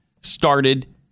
started